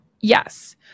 Yes